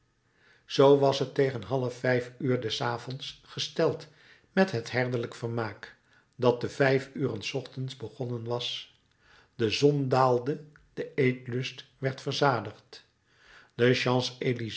zoo was het tegen half vijf uur des avonds gesteld met het herderlijk vermaak dat te vijf uren s ochtends begonnen was de zon daalde de eetlust werd verzadigd de